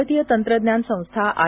भारतीय तंत्रज्ञान संस्था आय